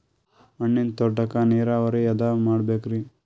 ಹಣ್ಣಿನ್ ತೋಟಕ್ಕ ನೀರಾವರಿ ಯಾದ ಮಾಡಬೇಕ್ರಿ?